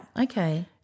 Okay